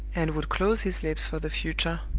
and would close his lips for the future,